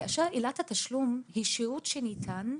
כאשר עילת התשלום היא שירות שניתן,